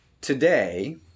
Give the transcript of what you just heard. today